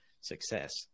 success